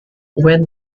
when